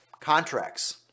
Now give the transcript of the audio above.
contracts